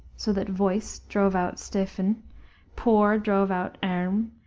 so that voice drove out steven, poor drove out earm,